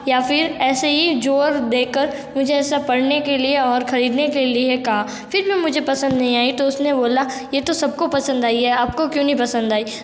या फिर ऐसे ही ज़ोर देखकर मुझे ऐसा पढ़ने के लिए और ख़रीदने के लिए कहा फिर भी मुझे पसंद नहीं आई तो उसने बोला ये तो सबको पसंद आई है आपको क्यों नहीं पसंद आई